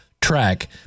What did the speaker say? track